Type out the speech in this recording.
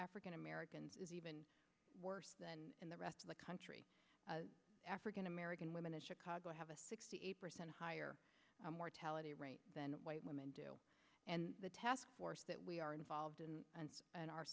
african americans is even worse than in the rest of the country african american women in chicago have a sixty eight percent higher mortality rate than white women do and the task force that we are involved in and a